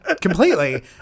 completely